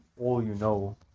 all-you-know